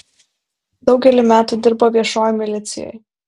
daugelį metų dirbo viešojoj milicijoj